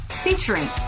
featuring